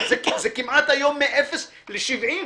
זה כמעט היום מאפס ל-70.